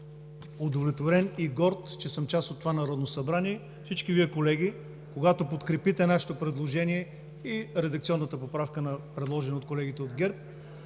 удовлетворен и горд, че съм част от това Народно събрание. Всички Вие, колеги, когато подкрепите нашето предложение и редакционната поправка, предложена от колегите от ГЕРБ,